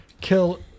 Kill